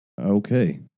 Okay